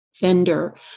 vendor